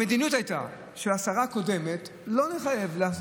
המדיניות של השרה הקודמת הייתה לא לחייב.